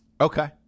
Okay